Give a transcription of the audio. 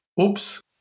oops